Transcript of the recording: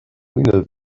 window